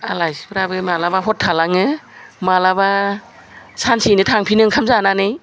आलासिफ्राबो माब्लाबा हर थालाङो माब्लाबा सानसेनो थांफिनो ओंखाम जानानै